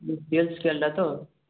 ସ୍କେଲ୍ଟା ତ